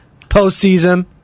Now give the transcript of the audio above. postseason